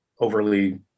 overly